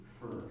first